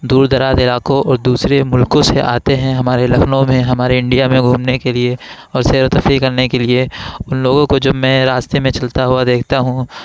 دور دراز علاقوں اور دوسرے ملکوں سے آتے ہیں ہمارے لکھنؤ میں ہمارے انڈیا میں گھومنے کے لیے اور سیر و تفریح کرنے کے لیے ان لوگوں کو جب میں راستے میں چلتا ہوا دیکھتا ہوں